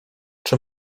czy